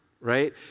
right